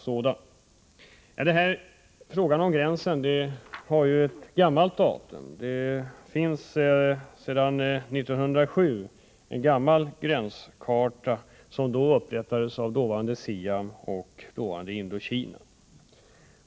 Frågan om denna gräns är av gammalt datum. Det finns en gammal gränskarta från 1907 som då upprättades av dåvarande Siam och Indokina.